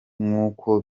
nk’uko